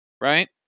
Right